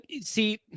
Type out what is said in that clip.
see